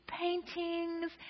paintings